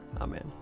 Amen